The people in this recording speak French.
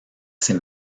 ses